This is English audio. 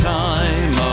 time